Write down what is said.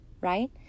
right